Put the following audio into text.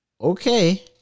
okay